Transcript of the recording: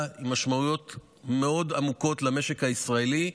עם משמעויות מאוד עמוקות למשק הישראלי,